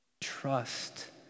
Trust